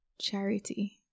charity